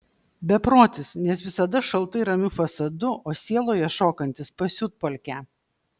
beprotis nes visada šaltai ramiu fasadu o sieloje šokantis pasiutpolkę